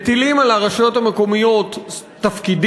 מטילים על הרשויות המקומיות תפקידים,